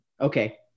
Okay